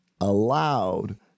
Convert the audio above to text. allowed